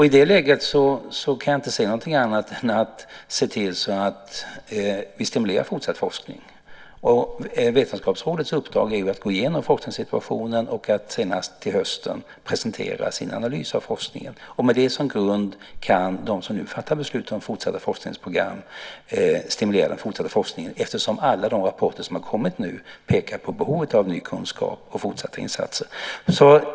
I det läget kan jag inte se annat än att vi måste stimulera fortsatt forskning. Vetenskapsrådets uppdrag är att gå igenom forskningssituationen och senast till hösten presentera sin analys av forskningen. Med den som grund kan de som nu fattar beslut om fortsatta forskningsprogram stimulera den fortsatta forskningen, eftersom alla rapporter som kommit pekar på behovet av ny kunskap och fortsatta insatser.